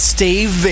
Steve